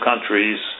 countries